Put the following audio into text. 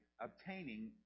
obtaining